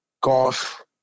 Golf